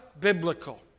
biblical